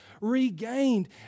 regained